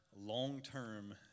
long-term